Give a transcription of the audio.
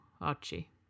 Archie